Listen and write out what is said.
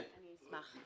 אני אשמח.